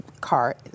car